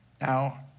Now